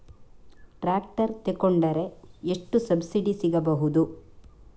Tractor ತೊಕೊಂಡರೆ ಎಷ್ಟು subsidy ಸಿಗಬಹುದು?